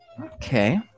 Okay